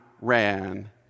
ran